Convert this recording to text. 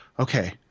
Okay